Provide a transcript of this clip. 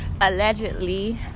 allegedly